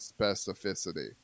specificity